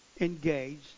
engaged